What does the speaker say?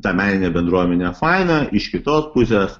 ta meninė bendruomenė faina iš kitos pusės